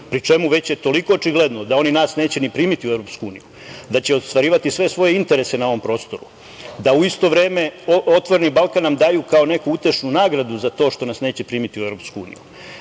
pri čemu je već toliko očigledno da oni nas neće ni primiti u EU, da će ostvarivati sve svoje interese na ovom prostoru, da u isto vreme "Otvoreni Balkan" nam daju kao neku utešnu nagradu za to što nas neće primiti u EU,